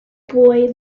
boy